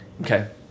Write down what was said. Okay